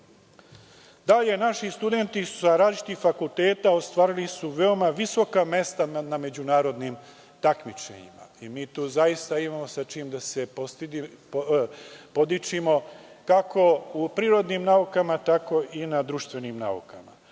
snagama. Naši studenti sa različitih fakulteta ostvarili su veoma visoka mesta na međunarodnim takmičenjima. Mi tu zaista imamo sa čim da se podičimo, kako u prirodnim naukama, tako i na društvenim naukama. Iz